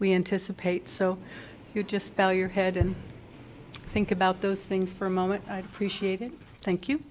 we anticipate so you just spell your head and think about those things for a moment i appreciate it thank you